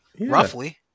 Roughly